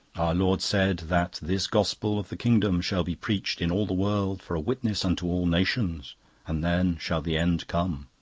lord said that this gospel of the kingdom shall be preached in all the world for a witness unto all nations and then shall the end come